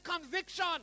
conviction